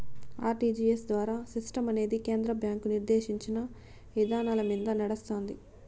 RTGS ద్వారా సిస్టమనేది కేంద్ర బ్యాంకు నిర్దేశించిన ఇదానాలమింద నడస్తాంది